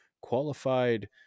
qualified